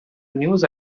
news